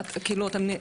אתם,